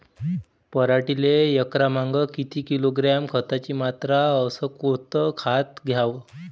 पराटीले एकरामागं किती किलोग्रॅम खताची मात्रा अस कोतं खात द्याव?